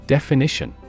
Definition